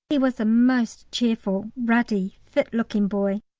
he was a most cheerful, ruddy, fit-looking boy.